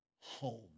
home